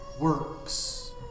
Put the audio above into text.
works